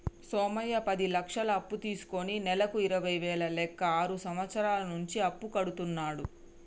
సోమయ్య పది లక్షలు అప్పు తీసుకుని నెలకు ఇరవై వేల లెక్క ఆరు సంవత్సరాల నుంచి అప్పు కడుతున్నాడు